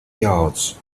yards